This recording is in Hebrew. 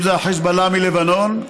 אם זה החיזבאללה מלבנון,